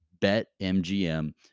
BetMGM